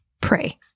pray